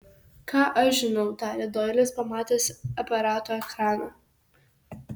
ką aš žinau tarė doilis pamatęs aparato ekraną